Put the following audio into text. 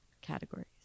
categories